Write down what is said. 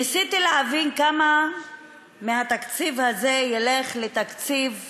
ניסיתי להבין כמה מהתקציב הזה ילך לתקציב הביטחון,